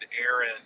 Aaron